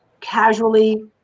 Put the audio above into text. casually